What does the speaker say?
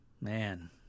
Man